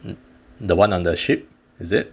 the one on the ship is it